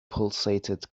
pulsated